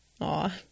Aw